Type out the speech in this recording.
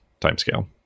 timescale